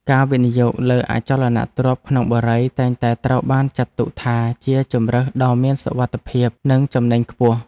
ការវិនិយោគលើអចលនទ្រព្យក្នុងបុរីតែងតែត្រូវបានចាត់ទុកថាជាជម្រើសដ៏មានសុវត្ថិភាពនិងចំណេញខ្ពស់។